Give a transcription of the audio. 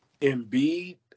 Embiid